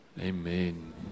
Amen